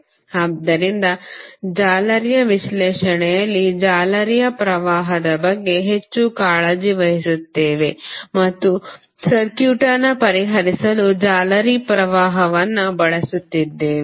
ಆದ್ದರಿಂದ ಜಾಲರಿ ವಿಶ್ಲೇಷಣೆಯಲ್ಲಿ ಜಾಲರಿಯ ಪ್ರವಾಹದ ಬಗ್ಗೆ ಹೆಚ್ಚು ಕಾಳಜಿ ವಹಿಸುತ್ತೇವೆ ಮತ್ತು ಸರ್ಕ್ಯೂಟ್ ಅನ್ನು ಪರಿಹರಿಸಲು ಜಾಲರಿ ಪ್ರವಾಹವನ್ನು ಬಳಸುತ್ತಿದ್ದೇವೆ